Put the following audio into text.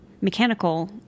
mechanical